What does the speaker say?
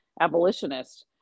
abolitionists